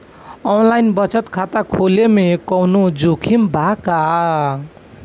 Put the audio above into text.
Online बचत खाता खोले में कवनो जोखिम बा का?